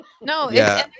no